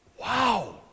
wow